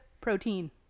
protein